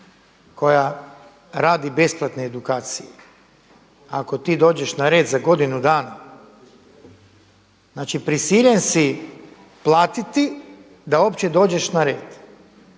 koja radi besplatne edukacije ako ti dođeš na red za godinu dana znači prisiljen si platiti da opće dođeš na red